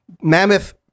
mammoth